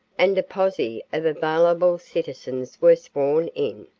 and a posse of available citizens were sworn in.